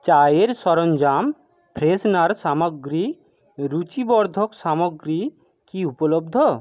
চায়ের সরঞ্জাম ফ্রেশনার সামগ্রী রুচিবর্ধক সামগ্রী কি উপলব্ধ